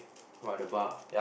what the bar ah